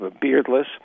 beardless